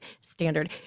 standard